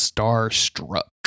Starstruck